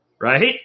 right